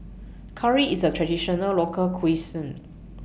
Curry IS A Traditional Local Cuisine